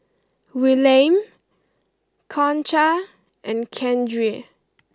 Willaim Concha and Keandre